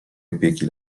opieki